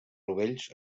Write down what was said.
rovells